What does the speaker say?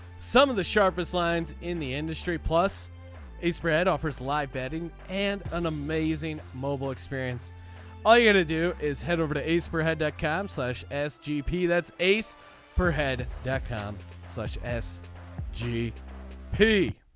some of the sharpest lines in the industry plus a spread offers live betting and an amazing mobile experience all you have to do is head over to ace for head dot com slash as gp. that's ace per head dot com. such s g p